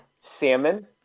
salmon